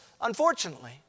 Unfortunately